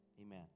amen